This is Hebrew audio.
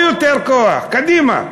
קחו יותר כוח, קדימה,